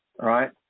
right